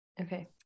Okay